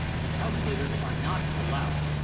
and calculators are not allowed.